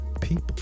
people